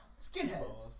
skinheads